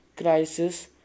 crisis